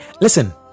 listen